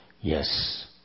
yes